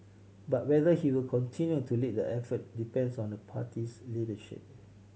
but whether he will continue to lead the effort depends on the party's leadership